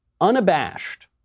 unabashed